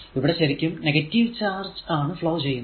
ഇവിടെ ശരിക്കും negative charge ആണ് ഫ്ലോ ചെയ്യുന്നത്